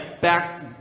back